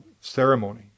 ceremony